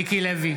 נגד יריב לוין,